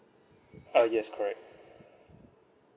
uh yes correct